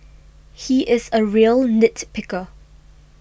he is a real nit picker